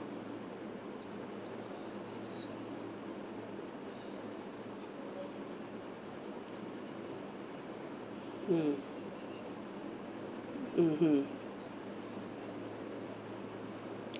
mm mmhmm